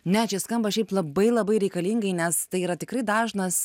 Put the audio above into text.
ne čia skamba šiaip labai labai reikalingai nes tai yra tikrai dažnas